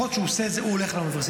יכול להיות שהוא הולך לאוניברסיטאות,